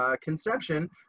conception